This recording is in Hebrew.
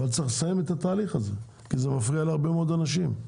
אבל צריך לסיים את התהליך הזה כי זה מפריע להרבה מאוד אנשים.